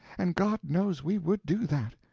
and god knows we would do that.